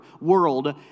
world